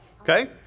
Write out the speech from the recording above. Okay